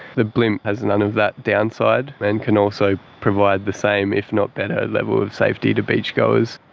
the blimp has none of that downside and can also provide the same if not better level of safety to beachgoers.